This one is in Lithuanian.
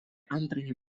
antrąjį